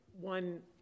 one